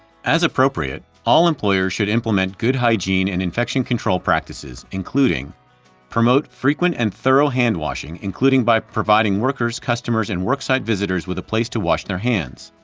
as appropriate, all employers should implement good hygiene and infection control practices, including promote frequent and thorough hand washing, including by providing workers, customers, and worksite visitors with a place to wash their hands.